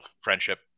friendship